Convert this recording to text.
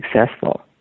successful